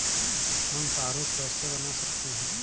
हम प्रारूप कैसे बना सकते हैं?